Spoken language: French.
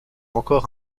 encore